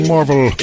Marvel